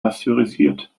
pasteurisiert